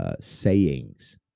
sayings